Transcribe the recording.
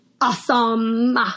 awesome